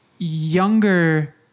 Younger